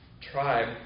tribe